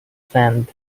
sand